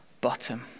bottom